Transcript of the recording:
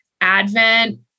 Advent